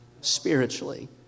spiritually